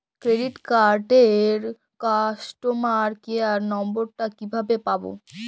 Credit কার্ডের customer care number টা কিভাবে পাবো?